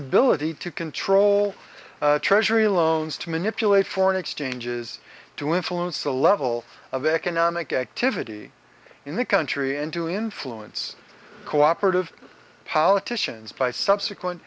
ability to control treasury loans to manipulate foreign exchanges to influence the level of economic activity in the country and to influence cooperative politicians by subsequent